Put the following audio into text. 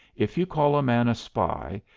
if you call a man a spy,